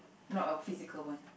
not a physical one